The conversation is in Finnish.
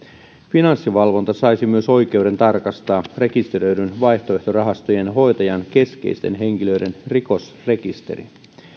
finanssivalvonta saisi myös oikeuden tarkastaa rekisteröidyn vaihtoehtorahastojen hoitajan keskeisten henkilöiden rikosrekisterin